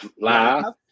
laugh